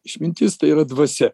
išmintis tai yra dvasia